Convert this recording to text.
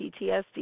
PTSD